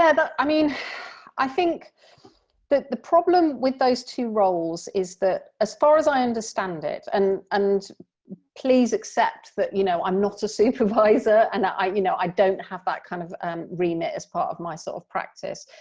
i but i mean i think that the problem with those two roles is that as far as i understand it, and and please accept that you know i'm not a supervisor and i you know i don't have that kind of remit as part of my sort of practice,